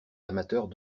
amateurs